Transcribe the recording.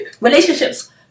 Relationships